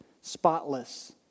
spotless